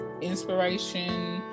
inspiration